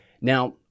Now